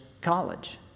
college